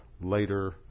later